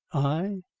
i?